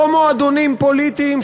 לא מועדונים פוליטיים,